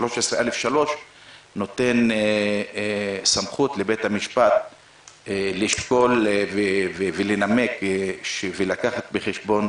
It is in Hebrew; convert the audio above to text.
נותן סמכות לבית המשפט לשקול, לנמק ולקחת בחשבון